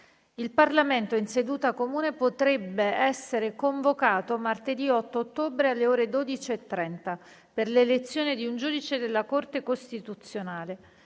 Il Parlamento in seduta comune potrebbe essere convocato martedì 8 ottobre, alle ore 12,30, per l'elezione di un giudice della Corte costituzionale.